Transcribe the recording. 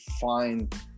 find